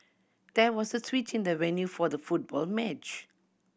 there was a switch in the venue for the football match